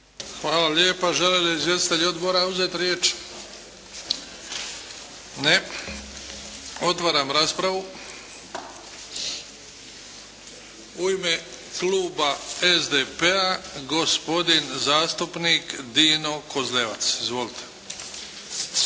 Hvala lijepa. Žele li izvjestitelji odbora uzeti riječ? Ne. Otvaram raspravu. U ime kluba SDP-a gospodin zastupnik Dino Kozlevac. Izvolite.